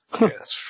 Yes